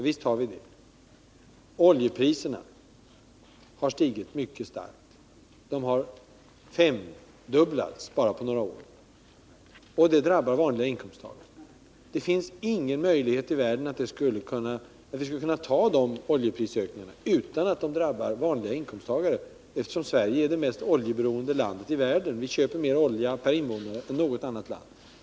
Ja, visst har vi haft det. Oljepriserna har stigit mycket starkt. De har femdubblats på bara några år, och det drabbar vanliga inkomsttagare. Det finns ingen möjlighet i världen att ta de oljeprisökningarna utan att de drabbar vanliga inkomsttagare, eftersom Sverige är det mest oljeberoende landet i världen. Vi köper mer olja per invånare än något annat land.